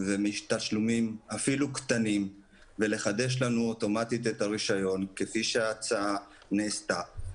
ומתשלומים אפילו קטנים ולחדש לנו אוטומטית את הרישיון כפי שהצעה נעשתה.